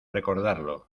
recordarlo